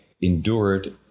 endured